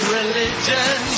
religion